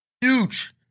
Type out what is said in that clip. huge